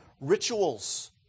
rituals